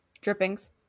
Drippings